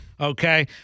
Okay